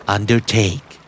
Undertake